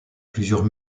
plusieurs